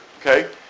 Okay